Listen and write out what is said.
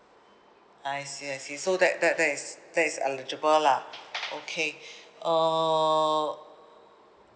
I see I see so that that that is that is eligible lah okay uh